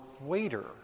waiter